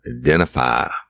identify